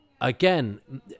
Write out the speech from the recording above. again